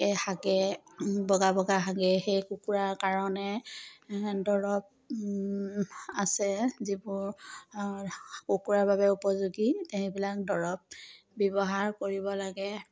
কে হাগে বগা বগা হাগে সেই কুকুৰাৰ কাৰণে দৰৱ আছে যিবোৰ কুকুৰাৰ বাবে উপযোগী সেইবিলাক দৰৱ ব্যৱহাৰ কৰিব লাগে